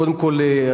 קודם כול,